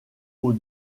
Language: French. aux